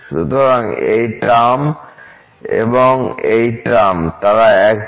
সুতরাং এই টার্ম এবং এই টার্ম তারা একই